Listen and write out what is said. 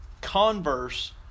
converse